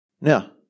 Now